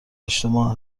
اجتماع